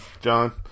john